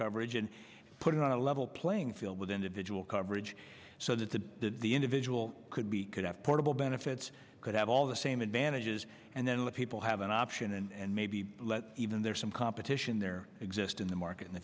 coverage and put it on a level playing field with individual coverage so that the the individual could be could have portable benefits could have all the same advantages and then let people have an option and maybe even there some competition there exist in the market in the